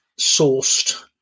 sourced